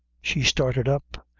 she started up,